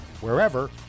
wherever